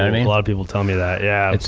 i mean a lot of people tell me that. yeah.